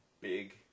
big